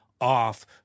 off